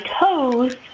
toes